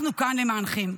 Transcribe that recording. אנחנו כאן למענכם.